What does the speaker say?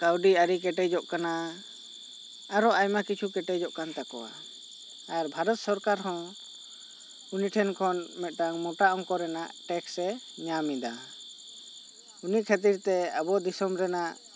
ᱠᱟᱹᱣᱰᱤ ᱟᱹᱨᱤ ᱠᱮᱴᱮᱡᱚᱜ ᱠᱟᱱᱟ ᱟᱨᱚ ᱟᱭᱢᱟ ᱠᱤᱪᱷᱩ ᱠᱮᱴᱮᱡᱚᱜ ᱠᱟᱱᱛᱟᱠᱚᱣᱟ ᱟᱨ ᱵᱷᱟᱨᱚᱛ ᱥᱚᱨᱠᱟᱨ ᱦᱚᱸ ᱩᱱᱤ ᱴᱷᱮᱱ ᱠᱷᱚᱱ ᱢᱤᱫᱴᱟᱝ ᱢᱚᱴᱟ ᱚᱝᱠᱚ ᱨᱮᱱᱟᱜ ᱴᱮᱠᱥ ᱮ ᱧᱟᱢ ᱮᱫᱟ ᱚᱱᱟ ᱠᱷᱟᱹᱛᱤᱨ ᱛᱮ ᱟᱵᱚ ᱫᱤᱥᱚᱢ ᱨᱮᱱᱟᱜ